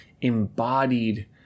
embodied